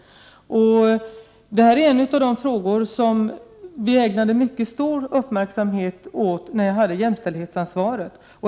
Det är en av de frågor som vi ägnade mycket stor uppmärksamhet åt när jag hade jämställdhetsansvaret.